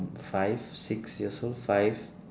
five six years old five